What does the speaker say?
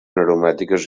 aromàtiques